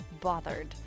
bothered